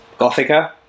Gothica